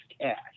cash